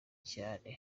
cyane